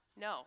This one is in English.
No